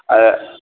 अच्